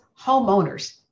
homeowners